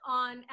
on